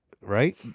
right